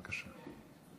בבקשה.